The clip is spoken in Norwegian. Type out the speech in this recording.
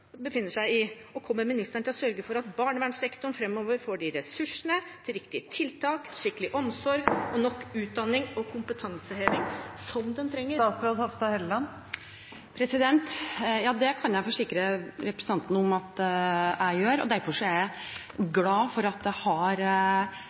befinner seg i, og kommer ministeren til å sørge for at barnevernssektoren framover får de ressursene, de riktige tiltakene, den skikkelige omsorgen og den tilstrekkelige utdanningen og kompetansehevingen som den trenger? Ja, det kan jeg forsikre representanten om at jeg gjør. Derfor er jeg